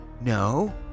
no